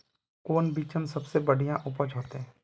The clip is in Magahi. कौन बिचन सबसे बढ़िया उपज होते?